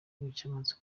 byamaze